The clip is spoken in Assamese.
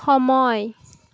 সময়